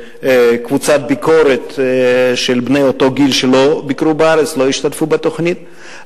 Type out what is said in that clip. בקבוצת ביקורת של בני אותו גיל שלא ביקרו בארץ ולא השתתפו בתוכנית.